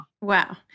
Wow